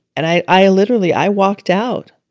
and i i literally i walked out,